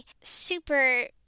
super